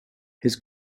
his